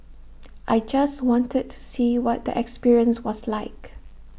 I just wanted to see what the experience was like